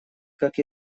как